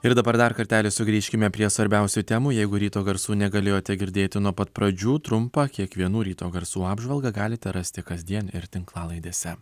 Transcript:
ir dabar dar kartelį sugrįžkime prie svarbiausių temų jeigu ryto garsų negalėjote girdėti nuo pat pradžių trumpą kiekvienų ryto garsų apžvalgą galite rasti kasdien ir tinklalaidėse